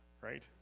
Right